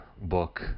book